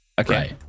Okay